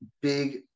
big